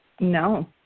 No